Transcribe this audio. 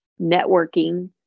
networking